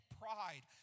pride